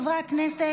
חברי הכנסת,